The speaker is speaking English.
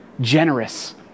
generous